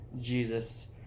Jesus